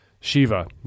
Shiva